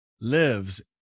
lives